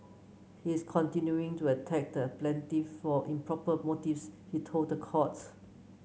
he is continuing to attack the plaintiff for improper motives he told the court